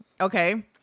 okay